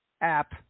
app